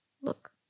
look